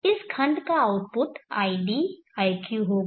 इस खंड का आउटपुट id iq होगा